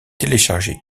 télécharger